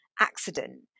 accident